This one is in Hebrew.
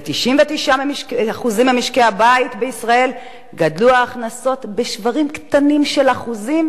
ב-99% ממשקי הבית בישראל גדלו ההכנסות בשברים קטנים של אחוזים,